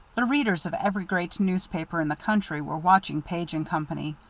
the readers of every great newspaper in the country were watching page and company.